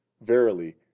Verily